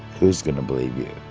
who's going to believe you?